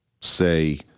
say